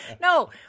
No